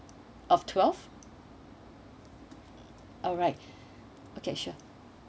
of twelve alright okay sure